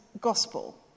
Gospel